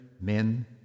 men